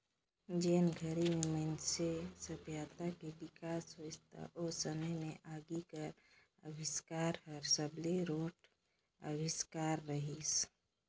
जेन घरी में मइनसे सभ्यता के बिकास होइस त ओ समे में आगी कर अबिस्कार हर सबले रोंट अविस्कार रहीस